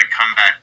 comeback